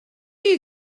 you